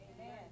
Amen